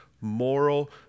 moral